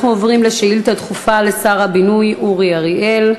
אנחנו עוברים לשאילתה דחופה לשר הבינוי אורי אריאל.